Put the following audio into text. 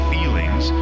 feelings